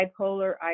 bipolar